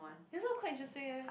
this one quite interesting eh